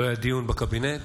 לא היה דיון בקבינט,